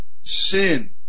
sin